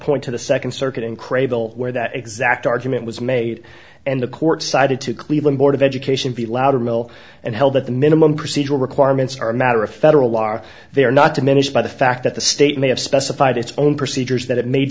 point to the second circuit in crable where that exact argument was made and the court cited to cleveland board of education be louder mill and held that the minimum procedural requirements are a matter of federal law are they are not diminished by the fact that the state may have specified its own procedures that it ma